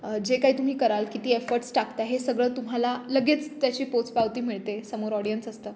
जे काही तुम्ही कराल किती एफर्ट्स टाकता हे सगळं तुम्हाला लगेच त्याची पोचपावती मिळते समोर ऑडियन्स असतं